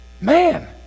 Man